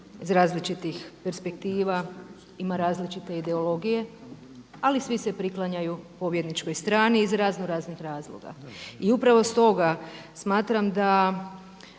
iz različitih perspektiva, ima različite ideologije, ali svi se priklanjaju pobjedničkoj strani iz razno raznih razloga. I upravo s toga smatram da